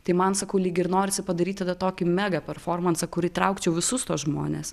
tai man sakau lyg ir norisi padaryti tą tokį mega performansą kur įtraukčiau visus tuos žmones